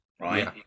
Right